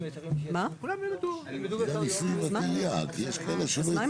מהאזורי כבר,